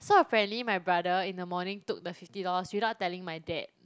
so apparently my brother in the morning took the fifty dollars without telling my dad